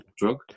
drug